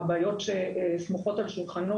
הבעיות שסמוכות על שולחנו,